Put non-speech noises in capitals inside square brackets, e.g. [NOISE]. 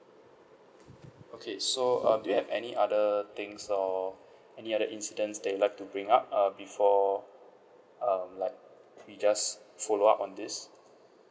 okay so uh do you have any other things or [BREATH] any other incidents that you like to bring up uh before um like we just follow up on this